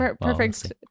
perfect